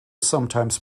sometimes